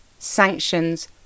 sanctions